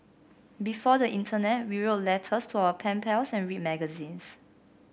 before the internet we wrote letters to our pen pals and read magazines